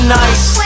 nice